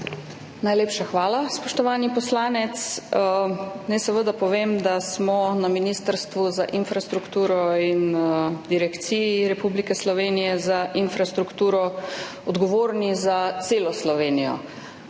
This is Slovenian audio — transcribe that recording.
Najlepša hvala, spoštovani poslanec. Naj seveda povem, da smo na Ministrstvu za infrastrukturo in na Direkciji Republike Slovenijeza infrastrukturo odgovorni za celo Slovenijo.